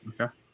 Okay